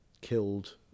killed